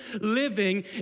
living